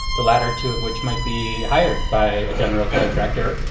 the latter two of which might be hired by a general contractor.